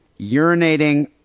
urinating